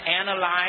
analyze